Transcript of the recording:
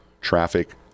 traffic